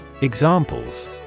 Examples